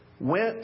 went